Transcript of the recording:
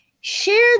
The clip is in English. share